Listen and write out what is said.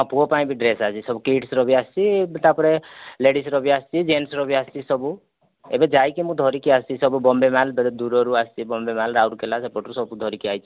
ହଁ ପୁଅ ପାଇଁ ବି ଡ୍ରେସ ଆସିଛି ସବୁ କିଡ଼ସ୍ ର ବି ଆସିଛି ତାପରେ ଲେଡ଼ିଜ ର ବି ଆସିଛି ଜେଣ୍ଟସ ର ବି ଆସିଛି ସବୁ ଏବେ ଯାଇକି ମୁଁ ଧରିକି ଆସିଛି ସବୁ ସବୁ ବମ୍ବେ ମାଲ୍ ଦୁରରୁ ଆସିଛି ବମ୍ବେ ମାଲ୍ ରାଉରକେଲା ସେପଟରୁ ସବୁ ଧରିକି ଆସିଛି ଆଉ